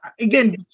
again